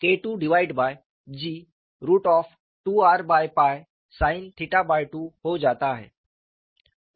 तो यह uzKIIG2r𝝿 sin2 हो जाता है